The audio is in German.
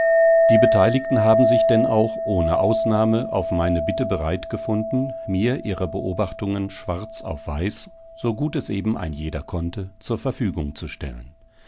die beteiligten haben sich denn auch ohne ausnahme auf meine bitte bereit gefunden mir ihre beobachtungen schwarz auf weiß so gut es eben ein jeder konnte zur verfügung zu stellen